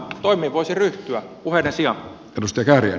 toimiin voisi ryhtyä puheiden sijaan